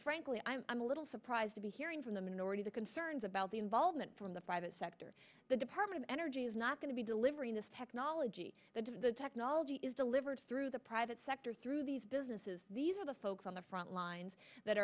frankly i'm a little surprised to be hearing from the minority the concerns about the involvement from the private sector the department of energy is not going to be delivering this technology but the technology is delivered through the private sector through these businesses these are the folks on the front lines that